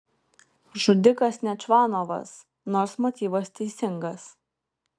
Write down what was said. žudikas ne čvanovas nors motyvas teisingas